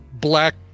black